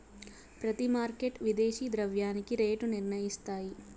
ప్రతి మార్కెట్ విదేశీ ద్రవ్యానికి రేటు నిర్ణయిస్తాయి